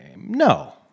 No